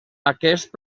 aquest